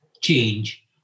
change